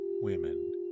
women